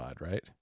right